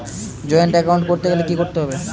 Joint account করতে গেলে কি করতে হবে?